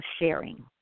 sharing